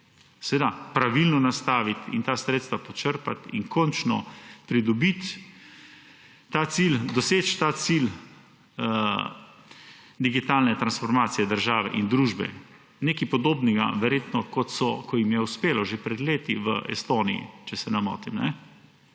zdaj pravilno nastaviti in ta sredstva počrpati in končno pridobiti, doseči ta cilj digitalne transformacije države in družbe. Nekaj podobnega verjetno, kot jim je uspelo že pred leti v Estoniji, če se ne motim.